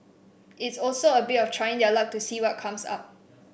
it's also a bit of trying their luck to see what comes up